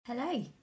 Hello